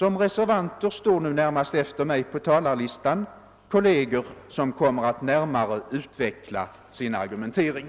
Och närmast efter mig på talarlistan står kolleger, som kommer att som reservanter närmare utveckla sin argumentering.